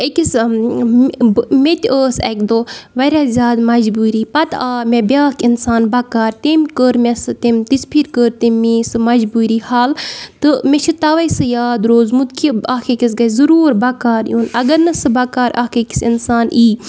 أکِس مےٚ تہِ ٲس اَکہِ دۄہ واریاہ زیادٕ مجبوٗری پَتہٕ آو مےٚ بیٛاکھ اِنسان بَکار تٔمۍ کٔر مےٚ سُہ تٔمۍ تِژٕ پھِرِ کٔر تٔمۍ میٛانۍ سُہ مجبوٗری حل تہٕ مےٚ چھِ تَوَے سُہ یاد روٗزمُت کہِ اَکھ أکِس گژھِ ضٔروٗر بَکار یُس اگر نہٕ سُہ بَکار اَکھ أکِس اِنسان ای